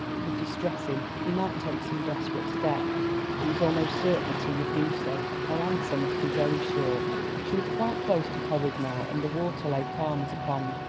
it would distress him he might take some desperate step it was almost certain that he would do so. her answer must be very short. she was quite close to coed now, and the water lay calm as a pond.